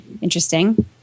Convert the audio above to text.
interesting